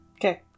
Okay